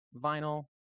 vinyl